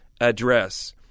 address